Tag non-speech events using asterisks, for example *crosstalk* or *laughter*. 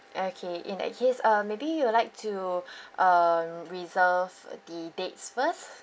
okay in that case uh maybe you will like to *breath* uh reserve the dates first